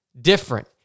different